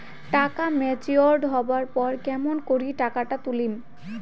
টাকা ম্যাচিওরড হবার পর কেমন করি টাকাটা তুলিম?